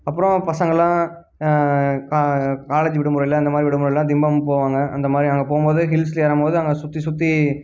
அப்புறம் பசங்களாம் காலேஜ் விடுமுறையில் அந்த மாதிரி விடுமுறையிலெலாம் திம்பம் போவாங்க அந்த மாதிரி அங்கே போகும்போது ஹில்ஸ் ஏறும்போது அங்கே சுற்றி சுற்றி